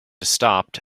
stopped